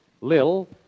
Lil